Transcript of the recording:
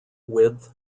width